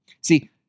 See